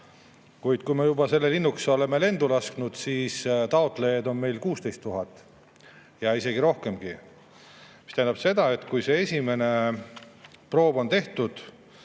Kuid kui me juba selle linnukese oleme lendu lasknud, siis on taotlejaid meil 16 000 ja isegi rohkem. See tähendab seda, et kui esimene proov on tehtud,